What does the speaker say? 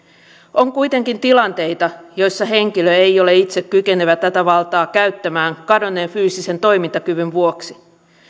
on kuitenkin tilanteita joissa henkilö ei ole itse kykenevä tätä valtaa käyttämään kadonneen fyysisen toimintakyvyn vuoksi